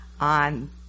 on